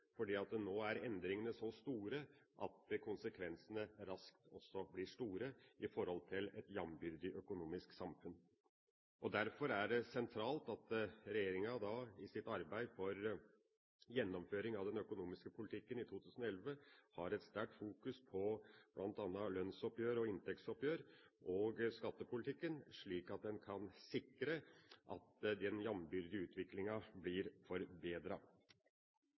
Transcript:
nå er endringene så store at også konsekvensene raskt vil bli store med tanke på et økonomisk jambyrdig samfunn. Derfor er det sentralt at regjeringa i sitt arbeid for gjennomføring av den økonomiske politikken i 2011 fokuserer sterkt på bl.a. lønnsoppgjør, inntektsoppgjør og skattepolitikken, slik at en kan sikre at den jambyrdige utviklinga blir